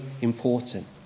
important